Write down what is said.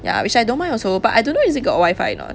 ya which I don't mind also but I don't know is it got wifi or not